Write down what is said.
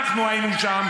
שורפים את היישובים,